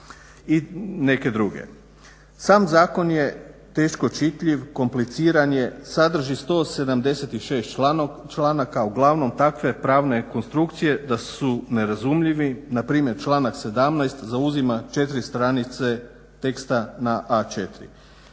i neke druge. Sam zakon je teško čitljiv, kompliciran, sadrži 176 članaka uglavnom takve pravne konstrukcije da su nerazumljivi npr. članak 17.zauzima 4 stranice teksta na A4.